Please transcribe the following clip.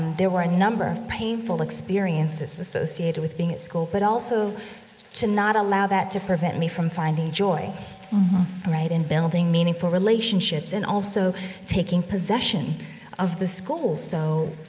there were a number of painful experiences associated with being at school, but also to not allow that to prevent me from finding joy mm-hmm right, and building meaningful relationships and also taking possession of the school. so,